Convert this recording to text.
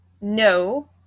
No